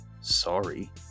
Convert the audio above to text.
Sorry